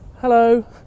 Hello